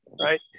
right